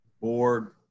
board